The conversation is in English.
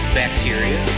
bacteria